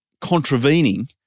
contravening